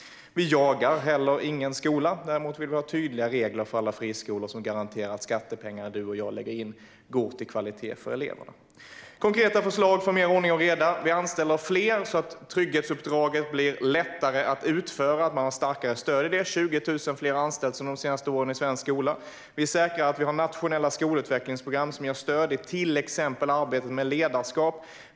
Vi jagar ingen skola, men vi vill ha tydliga regler för alla friskolor. Reglerna ska garantera att de skattepengar som du och jag satsar går till kvalitet för eleverna. När det gäller konkreta förslag som leder till ordning och reda anställer vi fler så att trygghetsuppdraget blir lättare att utföra. Man har starkare stöd för det. Under de senaste åren har 20 000 fler anställts i svensk skola. Vi säkrar att det finns nationella skolutvecklingsprogram som ger stöd i till exempel arbetet med ledarskap.